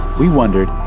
we wondered,